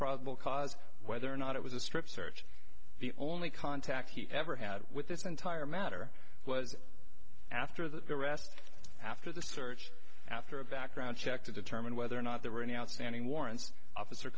probable cause whether or not it was a strip search the only contact he ever had with this entire matter was after the arrest after the search after a background check to determine whether or not there were any outstanding warrants officer